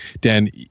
Dan